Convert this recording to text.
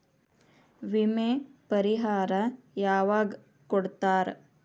ವಿಮೆ ಪರಿಹಾರ ಯಾವಾಗ್ ಕೊಡ್ತಾರ?